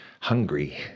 hungry